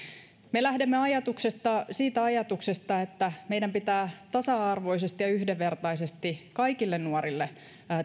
me lähdemme siitä ajatuksesta että meidän pitää tasa arvoisesti ja yhdenvertaisesti kaikille nuorille